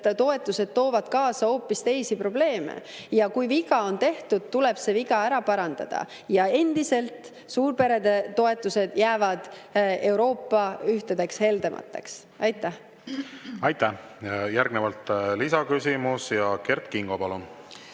toetused toovad kaasa hoopis teisi probleeme. Kui viga on tehtud, tuleb see viga ära parandada. Ja endiselt, suurperede toetused jäävad Euroopa ühtedeks heldemateks. Aitäh! Järgnevalt lisaküsimus, Kert Kingo, palun!